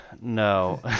No